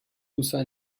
usa